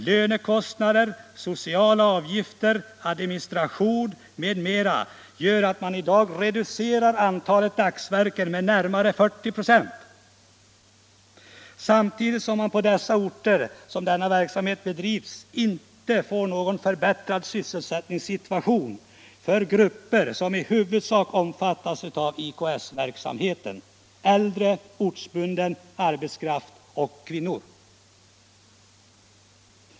Lönekostnader, sociala avgifter, administration m.m. gör att man i dag reducerar antalet dagsverken med närmare 40 ?6, samtidigt som man i orter där denna verksamhet bedrivs inte har fått någon förbättrad sysselsättningssituation för grupper som i huvudsak omfattas av IKS-verksamhet, dvs. äldre ortsbunden arbetskraft och kvinnor.